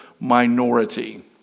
Minority